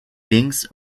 links